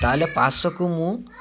ତାହେଲେ ପାର୍ଶକୁ ମୁଁ